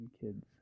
kids